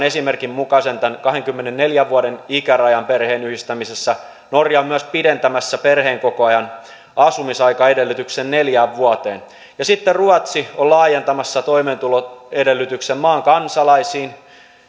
esimerkin mukaisen kahdenkymmenenneljän vuoden ikärajan perheenyhdistämisessä norja on myös pidentämässä perheenkokoajan asumisaikaedellytyksen neljään vuoteen ja sitten ruotsi on laajentamassa toimeentuloedellytyksen maan kansalaisiin